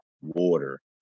water